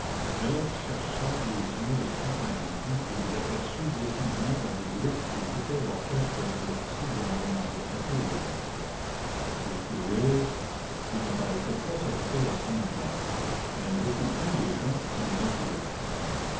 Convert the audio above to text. chercha des yeux les quatre individus et les aperçut disséminés dans des groupes qui écoutaient l'orchestre de tziganes d'un café voisin chose curieuse ils ne paraissaient pas s'occuper d'arsène lupin mais beaucoup plus des gens qui les entouraient